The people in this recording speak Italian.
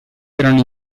erano